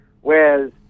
Whereas